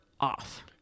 off